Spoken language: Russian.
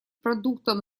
продуктом